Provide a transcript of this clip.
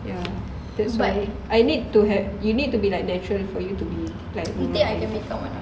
ya that's why I need to have you need to be like natural for you to be